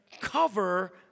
cover